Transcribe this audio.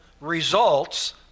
results